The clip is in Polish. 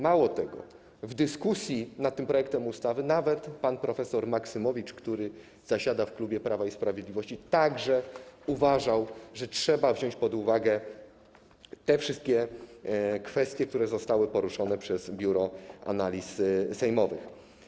Mało tego, w dyskusji nad tym projektem ustawy nawet pan prof. Maksymowicz, który zasiada w klubie Prawa i Sprawiedliwości, uważał, że trzeba wziąć pod uwagę te wszystkie kwestie, które zostały poruszone przez Biuro Analiz Sejmowych.